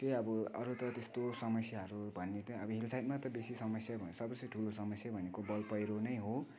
त्यही अब अरू त त्यस्तो समस्याहरू भन्ने चाहिँ अब हिल साइडमा त बेसी समस्या भनेको सबसे ठुलो समस्या भनेको भलपैह्रो नै हो